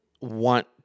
want